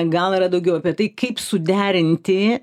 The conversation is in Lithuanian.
gal yra daugiau apie tai kaip suderinti